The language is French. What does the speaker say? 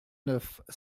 neuf